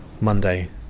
Monday